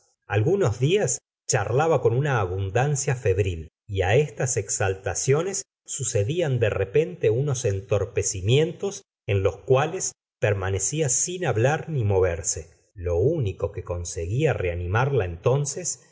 algunos días charlaba con una abundancia ebril y estas exaltacianes sucedían de repente unos entorpecimientos en los cuales permanecía sin hablar ni moyerse lo único que conseguía reanimarla entonces